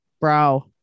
Bro